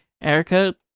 Erica